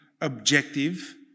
objective